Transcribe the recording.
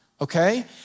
Okay